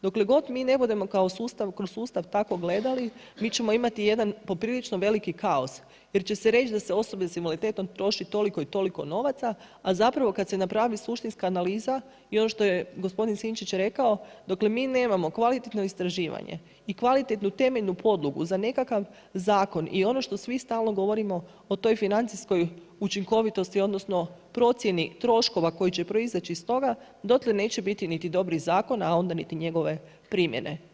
Dokle god mi ne budemo kroz sustav tako gledali, mi ćemo imati jedan poprilično veliki kaos jer će se reći da se osoba s invaliditetom troši toliko i toliko novaca, a kada se napravi suštinska analiza i ovo što je gospodin Sinčić rekao, dokle mi nemamo kvalitetno istraživanje i kvalitetnu temeljnu podlogu za nekakav zakon i on što svi stalno govorimo o toj financijskoj učinkovitosti odnosno procjeni troškova koji će proizaći iz toga, dotle neće biti niti dobrih zakona, a onda niti njegove primjene.